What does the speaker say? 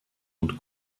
und